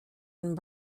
and